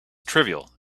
trivial